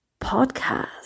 podcast